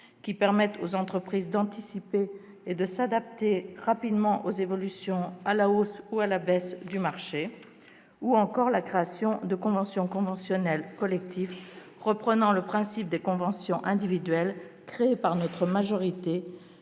qui permettent aux entreprises d'anticiper et de s'adapter rapidement aux évolutions à la hausse ou à la baisse du marché, ou encore la création de conventions collectives reprenant le principe des conventions individuelles créées par notre majorité